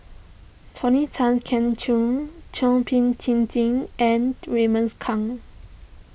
Tony Tan Keng Joo Thum Ping Tjin and Raymond's Kang